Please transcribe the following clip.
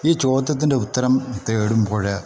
ഈ ചോദ്യത്തിൻ്റെ ഉത്തരം തേടുമ്പോഴ്